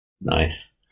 Nice